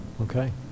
Okay